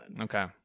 Okay